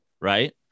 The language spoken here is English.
right